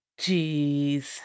Jeez